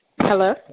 Hello